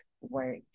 work